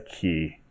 key